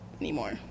anymore